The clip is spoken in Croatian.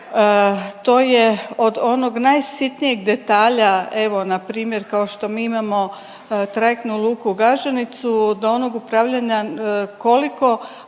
to je od onog najsitnije detalja evo npr. kao što mi imamo trajektnu luku Gaženicu do onog upravljanja koliko